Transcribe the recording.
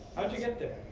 how did you get there?